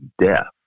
death